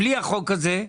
בלי החוק הזה?